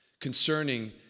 concerning